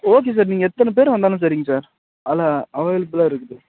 okay sir நீங்கள் எத்தனை பேர் வந்தாலும் சரிங்க சார் அதல்லாம் அவைலபிளா இருக்குது